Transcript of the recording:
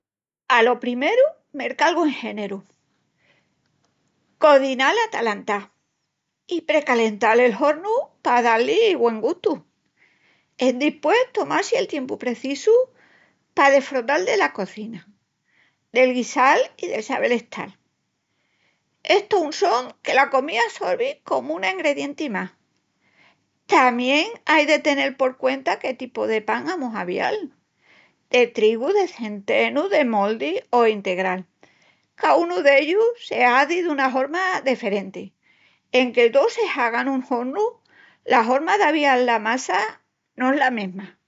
Alo primeru mercal güen géneru. Cozinal atalantá. I precalental el hornu pa da-li güen gustu. Endispués, tomal-si el tiempu precisu pa desfrutal dela cozina, del guisal, del sabel estal. Es tou un son que la comía assorvi comu un engredienti más. Tamién ai de tenel por cuenta que tipu de pan amus a avial, de trigu, de centenu, de moldi o integral, caúnu d'ellus se hazi duna horma deferenti, enque tos se hagan nun hornu, la horma d'avial la massa no es la mesma.